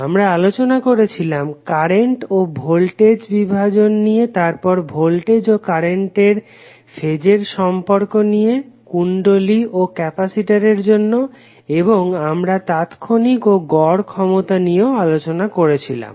আমরা আলোচনা করেছিলাম কারেন্ট ও ভোল্টেজ বিভাজন নিয়ে তারপর ভোল্টেজ ও কারেন্টের ফেজের সম্পর্ক নিয়ে কুণ্ডলী ও ক্যাপাসিটরের জন্য এবং আমরা তাৎক্ষণিক ও গড় ক্ষমতা নির্ণয় নিয়েও আলোচনা করেছিলাম